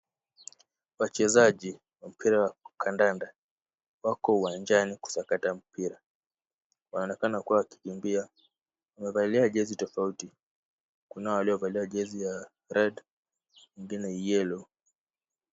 Wachezaji wa mpira wa kandanda wako uwanjani kusakata mpira, wanaonekana kuwa wakikimbia. Wamevalia jezi tofauti. Kuna waliovalia jezi ya red , wengine yellow .